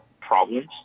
problems